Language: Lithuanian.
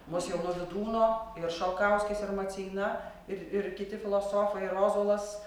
mus jau nuo vydūno ir šalkauskis ir maceina ir ir kiti filosofai ir ozolas